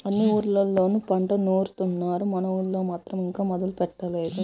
అన్ని ఊర్లళ్ళోనూ పంట నూరుత్తున్నారు, మన ఊళ్ళో మాత్రం ఇంకా మొదలే పెట్టలేదు